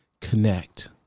connect